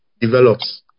develops